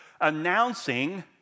announcing